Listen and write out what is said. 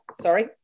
sorry